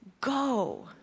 go